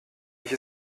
ich